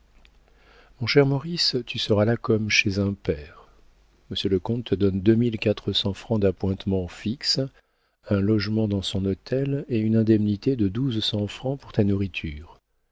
mon cher maurice tu seras là comme chez un père monsieur le comte te donne deux mille quatre cents francs d'appointements fixes un logement dans son hôtel et une indemnité de douze cents francs pour ta nourriture